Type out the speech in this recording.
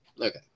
Okay